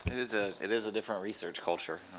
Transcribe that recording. it is ah it is a different research culture.